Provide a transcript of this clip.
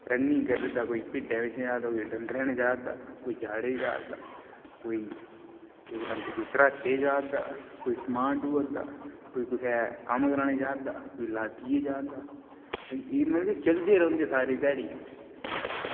running करा दा कोई भिड्डें पिच्छें जा दा कोई डंगरें नै जा दा कोई जाड़े गी जा दा कोई घराटे जा दा कोई समान ढोआ दा कोई कुसै दै कम्म कराने गी जा दा कोई लाद्दिया जा दा मतलब चलदे रौंह्दे सारी ध्याड़ी